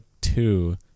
two